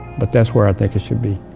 but that's where i think it should be.